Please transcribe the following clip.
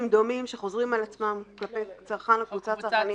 דומים שחוזרים על עצמם כלפי צרכן או קבוצת צרכנים".